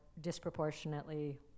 disproportionately